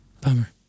Bummer